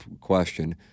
question